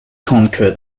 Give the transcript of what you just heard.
conquer